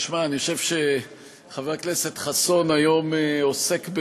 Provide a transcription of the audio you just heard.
אני חושב שחבר הכנסת חסון היום עוסק,